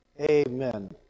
Amen